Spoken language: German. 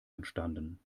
entstanden